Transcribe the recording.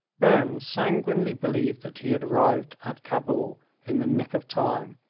burnes sanguinely believed that he had arrived at cabul in the nick of time,